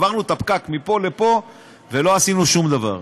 העברנו את הפקק מפה לפה ולא עשינו שום דבר.